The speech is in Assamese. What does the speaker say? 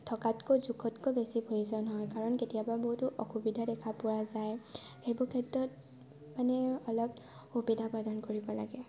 থকাতকৈ জোখতকৈ বেছি প্ৰয়োজন হয় কাৰণ কেতিয়াবা বহুতো অসুবিধা দেখা পোৱা যায় সেইবোৰ ক্ষেত্ৰত মানে অলপ সুবিধা প্ৰদান কৰিব লাগে